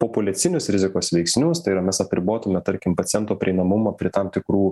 populiacinius rizikos veiksnius tai yra mes apribotume tarkim paciento prieinamumą prie tam tikrų